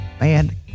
Man